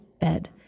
bed